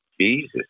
Jesus